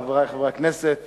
חברי חברי הכנסת,